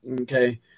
Okay